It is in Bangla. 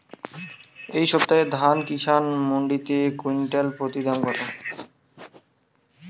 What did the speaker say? এই সপ্তাহে ধান কিষান মন্ডিতে কুইন্টাল প্রতি দাম কত?